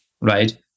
right